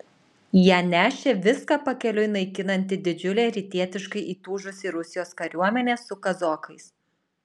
ją nešė viską pakeliui naikinanti didžiulė rytietiškai įtūžusi rusijos kariuomenė su kazokais